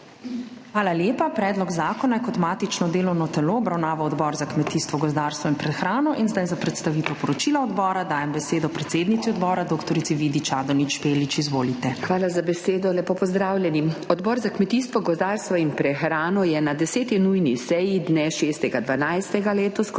Hvala lepa. Predlog zakona je kot matično delovno telo obravnaval Odbor za kmetijstvo, gozdarstvo in prehrano in zdaj za predstavitev poročila odbora dajem besedo predsednici odbora dr. Vidi Čadonič Špelič. Izvolite. DR. VIDA ČADONIČ ŠPELIČ (PS NSi): Hvala za besedo. lepo pozdravljeni! Odbor za kmetijstvo, gozdarstvo in prehrano je na 10. nujni seji dne 6.12. letos kot